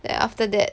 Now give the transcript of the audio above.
then after that